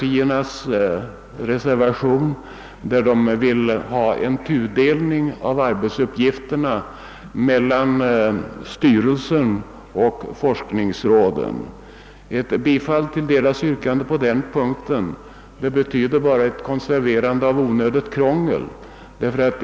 I reservationen A föreslås en tudelning av arbetsuppgifterna mellan styrelsen och forskningsrådet. Ett bifall till detta yrkande betyder bara ett konserverande av onödigt krångel.